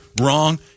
Wrong